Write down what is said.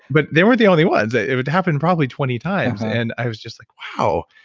but they weren't the only ones. it would happen probably twenty times, and i was just like, wow.